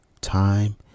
time